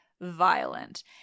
violent